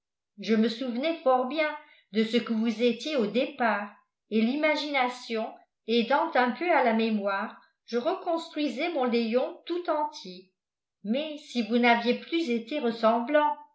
je me souvenais fort bien de ce que vous étiez au départ et l'imagination aidant un peu à la mémoire je reconstruisais mon léon tout entier mais si vous n'aviez plus été ressemblant